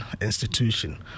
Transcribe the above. institution